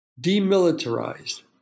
demilitarized